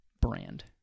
brand